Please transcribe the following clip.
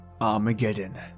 Armageddon